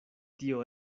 tio